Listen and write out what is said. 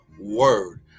word